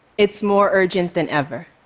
it's more urgent than ever.